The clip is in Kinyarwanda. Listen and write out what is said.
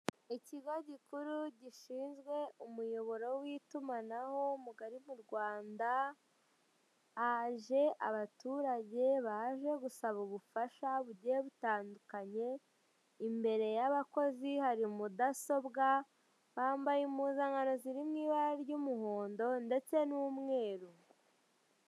Ikigo gikuru gishinzwe umuyoboro w'itumanaho mugari mu Rwanda haje abaturage baje gusaba ubufasha bugiye butandukanye, imbere y'abakozi hari mudasobwa bambaye impimuzankano ziri mu ibara ry'umuhondo ndetse n'umweru.